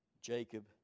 Jacob